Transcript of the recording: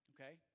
Okay